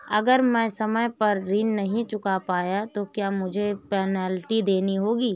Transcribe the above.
अगर मैं समय पर ऋण नहीं चुका पाया तो क्या मुझे पेनल्टी देनी होगी?